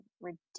ridiculous